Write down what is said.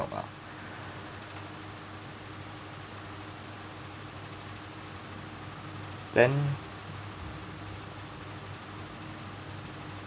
help out then